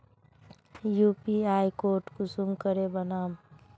UPI code कुंसम करे बनाम?